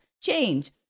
change